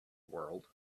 world